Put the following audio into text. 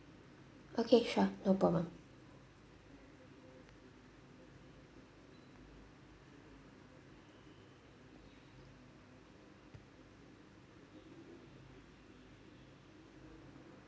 okay sure no problem